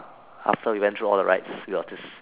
after we went through all the rights we are just